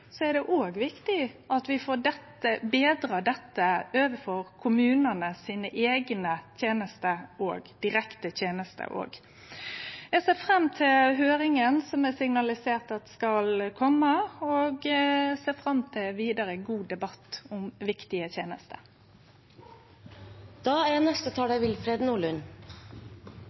er det viktig at vi betrar dette når det gjeld kommunane sine eigne direkte tenester òg. Eg ser fram til høyringa som er signalisert, og ser fram til ein god debatt vidare om viktige tenester. Jeg tok ordet til en kort oppklaring. Det ligger et forslag her som er